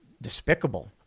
despicable